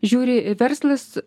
žiūri verslas